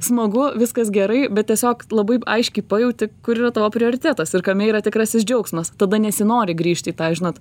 smagu viskas gerai bet tiesiog labai aiškiai pajauti kur yra tavo prioritetas ir kame yra tikrasis džiaugsmas tada nesinori grįžt į tą žinot